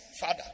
father